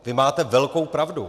Vy máte velkou pravdu.